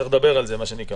צריך לדבר על זה.